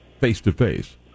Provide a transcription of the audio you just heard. face-to-face